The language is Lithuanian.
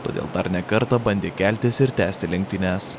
todėl dar ne kartą bandė keltis ir tęsti lenktynes